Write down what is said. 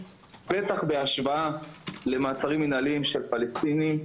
בטח בהשוואה ל מעצרים מנהליים של פלשתינים,